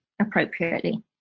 appropriately